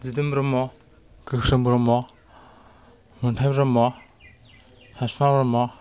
Didom Brahma Gokhron Brahma Monthai Brahma Hasan Brahma